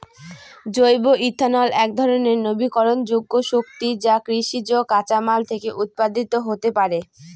জৈব ইথানল একধরনের নবীকরনযোগ্য শক্তি যা কৃষিজ কাঁচামাল থেকে উৎপাদিত হতে পারে